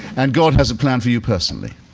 and god has a plan for you personally.